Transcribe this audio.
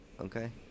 okay